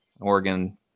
Oregon